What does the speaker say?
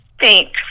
Thanks